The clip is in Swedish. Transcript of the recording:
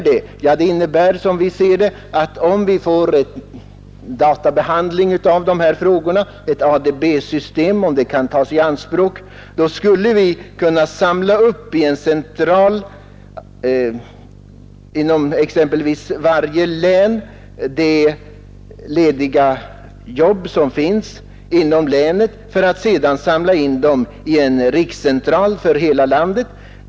Detta innebär, som vi ser det, att om ett system med allmän databehandling kan tas i anspråk, skulle vi i en central inom exempelvis varje län kunna ta in uppgifter om de lediga jobb som finns i länet och sedan samla uppgifterna för hela landet i en rikscentral.